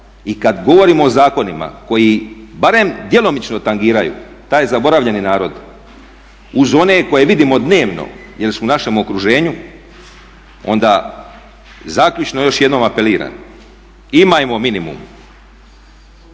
I kada govorimo o zakonima koji barem djelomično tangiraju taj zaboravljeni narod uz one koje vidimo dnevno jer su u našem okruženju onda zaključno još jednom apeliram, imajmo minimum